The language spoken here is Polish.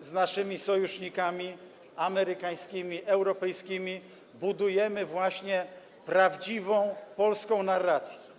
z naszymi sojusznikami amerykańskimi, europejskimi budujemy prawdziwą polską narrację.